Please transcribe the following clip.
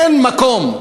אין מקום,